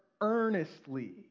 earnestly